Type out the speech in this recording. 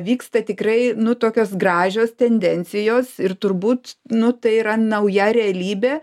vyksta tikrai nu tokios gražios tendencijos ir turbūt nu tai yra nauja realybė